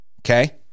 okay